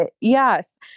Yes